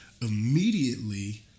immediately